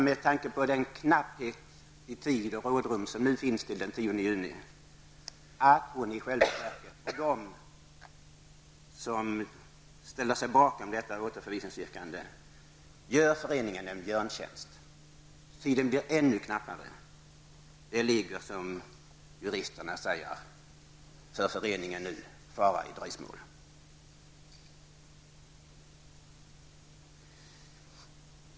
Med tanke på den korta tid som återstår till den 10 juni gör Viola Claesson och de som ställer sig bakom detta återförvisningsyrkande föreningen en björntjänst. Tiden blir ännu knappare. För föreningen är det nu, som jurister brukar uttrycka sig, fara i dröjsmål.